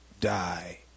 die